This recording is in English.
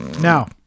Now